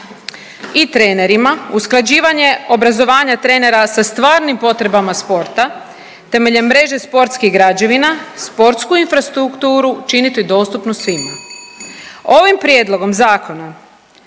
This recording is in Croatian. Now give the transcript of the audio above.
i trenerima, usklađivanje obrazovanja trenera sa stvarnim potrebama sporta temeljem mreže sportskih građevina sportsku infrastrukturu činiti dostupnu svima. Ovim prijedlogom zakona